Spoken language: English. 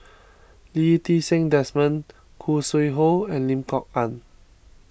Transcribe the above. Lee Ti Seng Desmond Khoo Sui Hoe and Lim Kok Ann